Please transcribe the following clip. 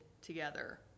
together